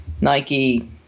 Nike